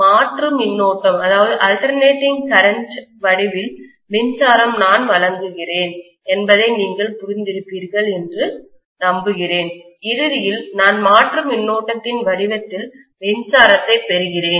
மாற்று மின்னோட்டஅல்டர் நேட்டிங் கரண்ட் வடிவில் மின்சாரம் நான் வழங்குகிறேன் என்பதை நீங்கள் புரிந்திருப்பீர்கள் என்று நம்புகிறேன் இறுதியில் நான் மாற்று மின்னோட்டத்தின் வடிவத்தில் மின்சாரத்தை பெறுகிறேன்